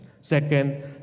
Second